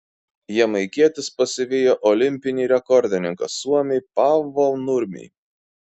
jamaikietis pasivijo olimpinį rekordininką suomį paavo nurmį